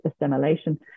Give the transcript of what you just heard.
assimilation